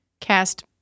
Cast